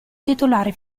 titolare